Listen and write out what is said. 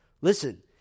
Listen